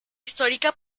histórica